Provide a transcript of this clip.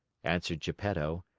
answered geppetto.